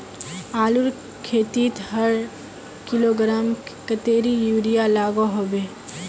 आलूर खेतीत हर किलोग्राम कतेरी यूरिया लागोहो होबे?